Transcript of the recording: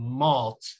malt